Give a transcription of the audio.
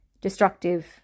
destructive